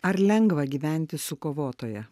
ar lengva gyventi su kovotoja